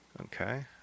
Okay